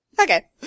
Okay